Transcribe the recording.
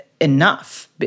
enough